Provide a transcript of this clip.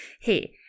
Hey